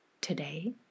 today